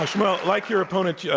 shmuel, like your opponent, yeah